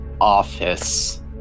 office